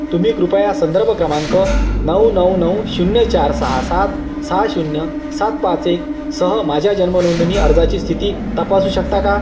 तुम्ही कृपया संदर्भ क्रमांक नऊ नऊ नऊ शून्य चार सहा सात सहा शून्य सात पाच एक सह माझ्या जन्मनोंदणी अर्जाची स्थिती तपासू शकता का